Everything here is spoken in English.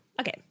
Okay